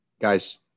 Guys